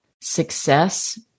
success